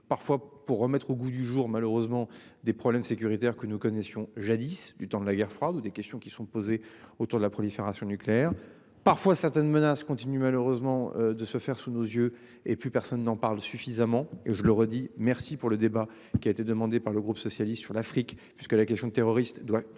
parfois pour remettre au goût du jour. Malheureusement des problèmes sécuritaires que nous connaissions jadis du temps de la guerre froide ou des questions qui sont posées autour de la prolifération nucléaire parfois certaines menaces continuent malheureusement de se faire sous nos yeux et plus personne n'en parle suffisamment et je le redis, merci pour le débat qui a été demandé par le groupe socialiste sur l'Afrique parce que la question de terroristes doit